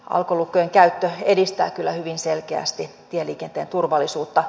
alkolukkojen käyttö edistää kyllä hyvin selkeästi tieliikenteen turvallisuutta